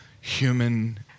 human